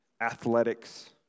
Athletics